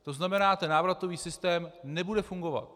To znamená, ten návratový systém nebude fungovat.